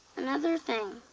another thing,